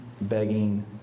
begging